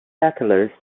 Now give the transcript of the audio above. settlers